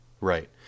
right